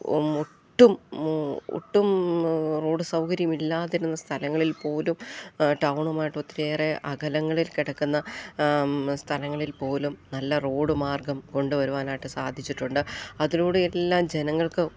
ഒട്ടും ഒട്ടും റോഡ് സൗകര്യമില്ലാതിരുന്ന സ്ഥലങ്ങളിൽ പോലും ടൗണുമായിട്ട് ഒത്തിരിയേറെ അകലങ്ങളിൽ കിടക്കുന്ന സ്ഥലങ്ങളിൽ പോലും നല്ല റോഡ് മാർഗ്ഗം കൊണ്ടുവരുവാനായിട്ട് സാധിച്ചിട്ടുണ്ട് അതിലൂടെയെല്ലാം ജനങ്ങൾക്കും